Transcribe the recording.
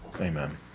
Amen